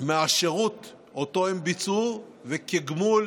השירות שאותו ביצעו וכגמול